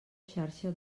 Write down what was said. xarxa